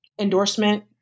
endorsement